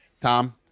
Tom